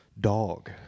dog